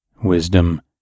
wisdom